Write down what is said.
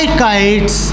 kites